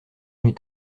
eut